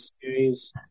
Series